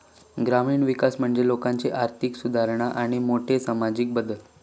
ग्रामीण विकास म्हणजे लोकांची आर्थिक सुधारणा आणि मोठे सामाजिक बदल